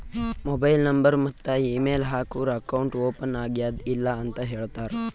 mobile number ಮತ್ತ email ಹಾಕೂರ್ account open ಆಗ್ಯಾದ್ ಇಲ್ಲ ಅಂತ ಹೇಳ್ತಾರ್